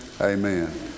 Amen